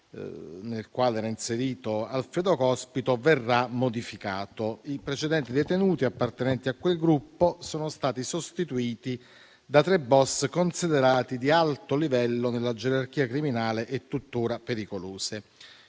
nel quale era inserito Alfredo Cospito è stato modificato. I precedenti detenuti, appartenenti a quel gruppo, sono stati sostituiti da tre *boss* considerati di alto livello nella gerarchia criminale e tuttora pericolosi.